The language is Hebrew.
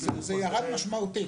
זה ירד משמעותית.